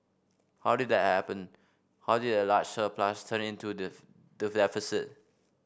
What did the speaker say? how did that happen how did a large surplus turn into